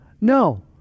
No